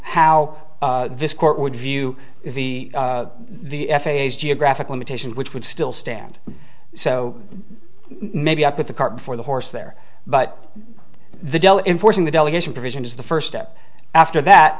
how this court would view the the f a s geographic limitation which would still stand so maybe i put the cart before the horse there but the dell enforcing the delegation provision is the first step after that